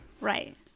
right